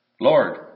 Lord